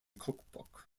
cookbook